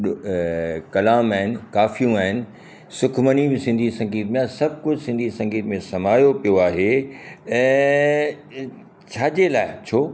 ॿियो कलाम आहिनि काफियूं आहिनि सुखमनी बि सिंधी संगीत में आहे सभु कुझु सिंधी संगीत में समायो पियो आहे ऐं छाजे लाइ छो